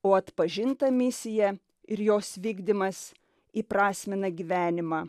o atpažinta misija ir jos vykdymas įprasmina gyvenimą